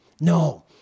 no